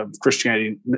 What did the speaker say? Christianity